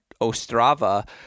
Ostrava